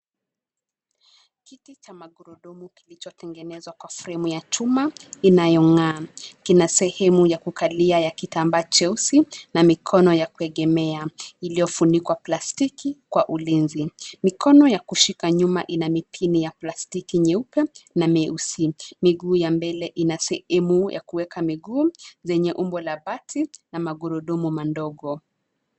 Kiti cha magurudumu kilichotengenezwa kwa fremu ya chuma, inayong'aa. Kina sehemu ya kukalia ya kitambaa cheusi, na mikono ya kuegemea, iliyofunikwa plastiki, kwa ulinzi. Mikono ya kushika nyuma ina mipini ya plastiki nyeupe, na meusi. Miguu ya mbele ina sehemu ya kuweka miguu, zenye umbo la bati, na magurudumu mandogo.